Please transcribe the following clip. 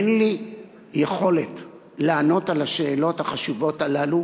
אין לי יכולת לענות על השאלות החשובות הללו